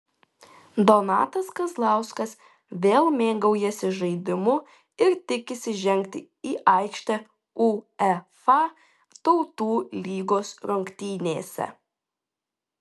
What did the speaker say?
donatas kazlauskas vėl mėgaujasi žaidimu ir tikisi žengti į aikštę uefa tautų lygos rungtynėse